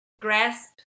grasp